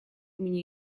меня